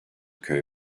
köy